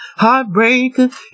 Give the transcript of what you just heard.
heartbreaker